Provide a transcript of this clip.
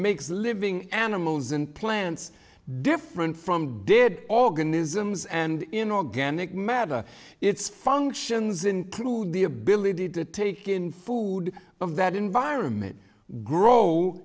makes living animals and plants different from did all going isms and in organic matter its functions include the ability to take in food of that environment grow